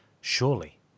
Surely